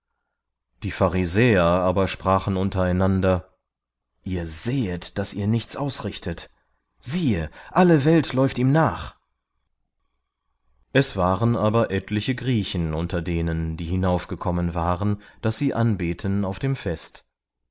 die pharisäer aber sprachen untereinander ihr sehet daß ihr nichts ausrichtet siehe alle welt läuft ihm nach es waren aber etliche griechen unter denen die hinaufgekommen waren daß sie anbeten auf dem fest